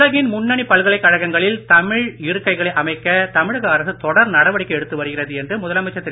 உலகின் முன்னணி பல்கலைக்கழகங்களில் தமிழ் இருக்கைகளை அமைக்க தமிழக அரசு தொடர் நடவடிக்கை எடுத்து வருகிறது என்று முதலமைச்சர் திரு